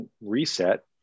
reset